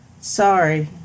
Sorry